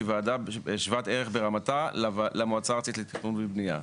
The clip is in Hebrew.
שהיא וועדה שוות ערך ברמתה למועצה הארצית לתכנון ובנייה.